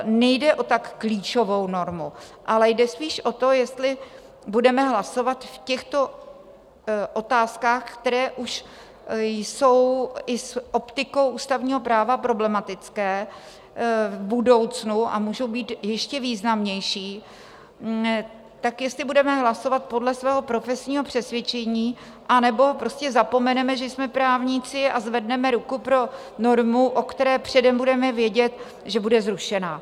Nejde o tak klíčovou normu, ale jde spíš o to, jestli budeme hlasovat v těchto otázkách, které už jsou i s optikou ústavního práva problematické v budoucnu a můžou být ještě významnější, tak jestli budeme hlasovat podle svého profesního přesvědčení, anebo prostě zapomeneme, že jsme právníci, a zvedneme ruku pro normu, o které předem budeme vědět, že bude zrušena.